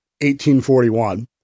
1841